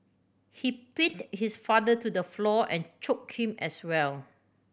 he pinned his father to the floor and choke him as well